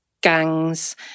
gangs